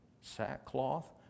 Sackcloth